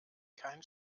kein